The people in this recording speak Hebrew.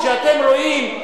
כשאתם רואים,